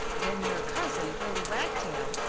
then your cousin, willy wagtail,